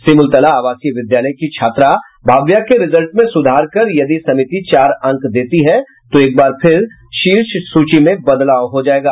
सिमूलतला आवासीय विद्यालय की छात्रा भाव्या के रिजल्ट में सुधार कर यदि समिति चार अंक देता है तो एक बार फिर शीर्ष सूची में बदलाव हो जायेगा